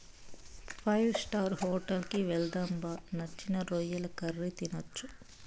five star hotel కి వెళ్దాం బా నచ్చిన రొయ్యల కర్రీ తినొచ్చు